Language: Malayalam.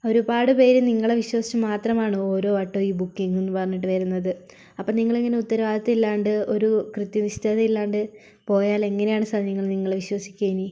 ഒരുപാട് പേര് നിങ്ങളെ വിശ്വസിച്ചു മാത്രമാണ് ഓരോ ഓട്ടോയും ബുക്കിംഗ് എന്നും പറഞ്ഞിട്ട് വരുന്നത് അപ്പോൾ ൾ നിങ്ങളിങ്ങനെ ഉത്തരവാദിത്തം ഇല്ലാണ്ട് ഒരു കൃത്യനിഷ്ഠത ഇല്ലാണ്ട് പോയാൽ എങ്ങനാണ് സർ ഞങ്ങൾ നിങ്ങളെ വിശ്വസിക്കുക ഇനി